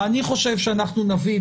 אני חושב שאנחנו נביא,